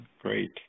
Great